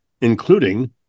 including